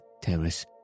Terrace